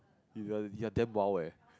you are you are damn wild eh